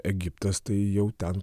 egiptas tai jau ten